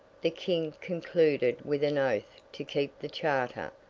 the king concluded with an oath to keep the charter,